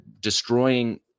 destroying